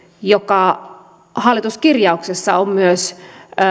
joka hallituskirjauksessa on myös